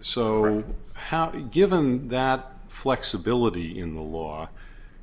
so how to given that flexibility in the law